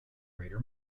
greater